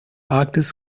arktis